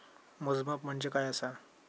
मोजमाप म्हणजे काय असा?